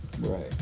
Right